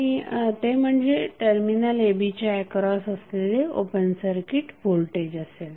आणि ते म्हणजे टर्मिनल a b च्या एक्रॉस असलेले ओपन सर्किट व्होल्टेज असेल